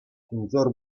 кунсӑр